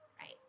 Right